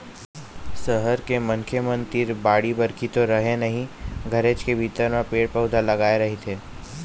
सहर के मनखे मन तीर बाड़ी बखरी तो रहय नहिं घरेच के भीतर म पेड़ पउधा लगाय रहिथे